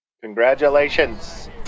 Congratulations